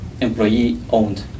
employee-owned